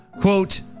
Quote